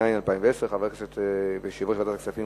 התש"ע 2010. יושב-ראש ועדת הכספים,